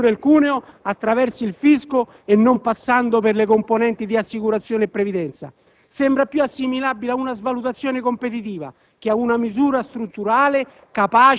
di ridurre il cuneo attraverso il fisco e non passando per le componenti di assicurazione e previdenza. Sembra più assimilabile ad una svalutazione competitiva che a una misura strutturale